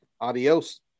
Adios